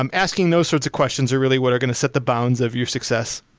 um asking those sorts of questions are really what are going to set the bounds of your success.